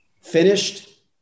finished